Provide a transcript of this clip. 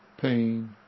pain